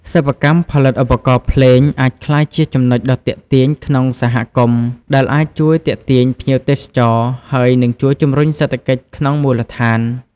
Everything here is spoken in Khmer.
សិប្បកម្មផលិតឧបករណ៍ភ្លេងអាចក្លាយជាចំណុចដ៏ទាក់ទាញក្នុងសហគមន៍ ដែលអាចជួយទាក់ទាញភ្ញៀវទេសចរណ៍ ហើយនឹងជួយជំរុញសេដ្ឋកិច្ចក្នុងមូលដ្ឋាន។